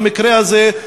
במקרה הזה,